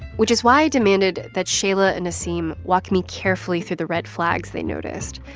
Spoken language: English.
which is why i demanded that shayla and nyseem walk me carefully through the red flags they noticed,